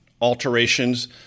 alterations